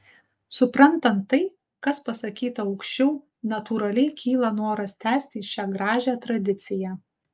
suprantant tai kas pasakyta aukščiau natūraliai kyla noras tęsti šią gražią tradiciją